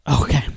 Okay